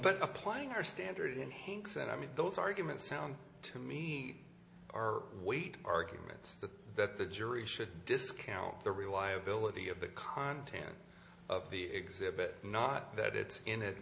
but applying our standard in hanks and i mean those arguments sound to meet our weight arguments that the jury should discount the reliability of the content of the exhibit not that it's in